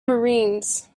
marines